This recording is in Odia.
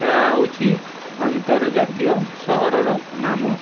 ଏହା ହେଉଛି ଅନ୍ତର୍ଜାତୀୟ ସହରର ନାମ